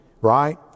right